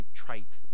trite